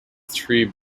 tree